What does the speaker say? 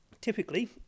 Typically